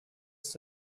ist